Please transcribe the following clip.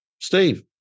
Steve